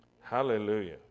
hallelujah